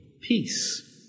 peace